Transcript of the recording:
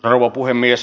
rouva puhemies